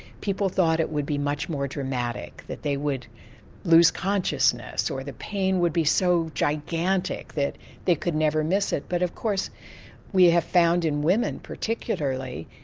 people thought it would be much more dramatic, that they would lose consciousness, or the pain would be so gigantic that they could never miss it. but of course we have found in women particularly,